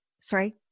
sorry